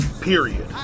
Period